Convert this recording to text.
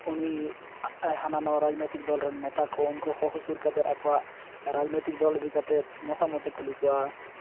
ᱩᱱᱤ ᱦᱟᱱᱟ ᱱᱚᱣᱟ ᱨᱟᱡᱽᱱᱳᱭᱛᱤᱠ ᱫᱚᱞ ᱨᱮᱱ ᱱᱮᱛᱟ ᱠᱚ ᱩᱱᱠᱩ ᱦᱚᱦᱚ ᱥᱩᱨ ᱠᱟᱛᱮᱫ ᱟᱠᱚᱣᱟᱜ ᱨᱟᱡᱽᱱᱳᱭᱛᱤᱠ ᱫᱚᱞ ᱤᱫᱤ ᱠᱟᱛᱮᱫ ᱢᱚᱛᱟᱢᱚᱛᱮ ᱠᱩᱞᱤ ᱠᱚᱣᱟ